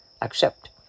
Accept